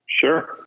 Sure